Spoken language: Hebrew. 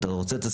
אתה רוצה?